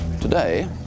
today